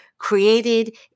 created